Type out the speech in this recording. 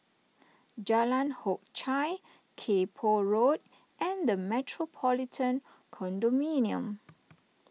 Jalan Hock Chye Kay Poh Road and the Metropolitan Condominium